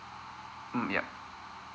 mm yup